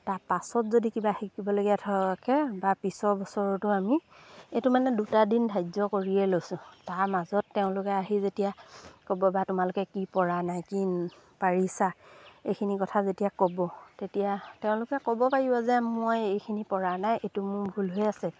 তাৰ পাছত যদি কিবা শিকিবলগীয়া ধৰকৈ বা পিছৰ বছৰতো আমি এইটো মানে দুটা দিন ধাৰ্য কৰিয়ে লৈছোঁ তাৰ মাজত তেওঁলোকে আহি যেতিয়া ক'ব বা তোমালোকে কি পৰা নাই কি পাৰিছা এইখিনি কথা যেতিয়া ক'ব তেতিয়া তেওঁলোকে ক'ব পাৰিব যে মই এইখিনি পৰা নাই এইটো মোৰ ভুল হৈ আছে